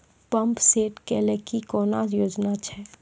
Pump set केलेली कोनो योजना छ?